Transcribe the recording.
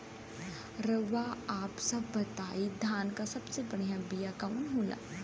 रउआ आप सब बताई धान क सबसे बढ़ियां बिया कवन होला?